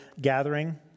gathering